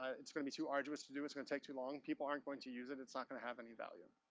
ah it's gonna be too arduous to do. its' gonna take too long. people aren't going to use it. it's not going to have any value.